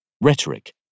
rhetoric